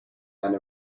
and